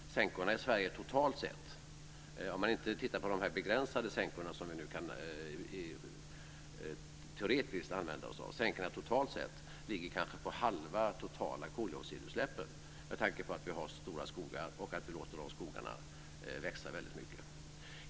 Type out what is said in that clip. Sänkorna i Sverige totalt sett, om man inte tittar på de begränsade sänkor som vi nu teoretiskt kan använda oss av, ligger kanske på halva de totala koldioxidutsläppen med tanke på att vi har så stora skogar och att vi låter de skogarna växa väldigt mycket.